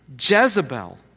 Jezebel